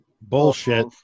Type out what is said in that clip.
Bullshit